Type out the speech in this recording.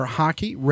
hockey